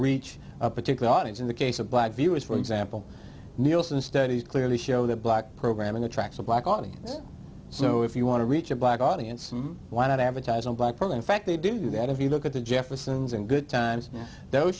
reach a particular audience in the case of black viewers for example nielsen studies clearly show that black programming attracts a black audience so if you want to reach a black audience why not advertise on black pearl in fact they do that if you look at the jeffersons and good times those